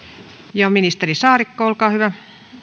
ministeri saarikko olkaa hyvä